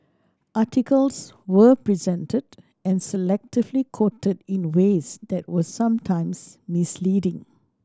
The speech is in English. articles were presented and selectively quoted in ways that were sometimes misleading